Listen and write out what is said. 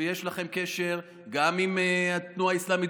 ויש לכם קשר גם עם התנועה האסלאמית